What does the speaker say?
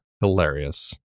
hilarious